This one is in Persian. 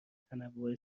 تنوع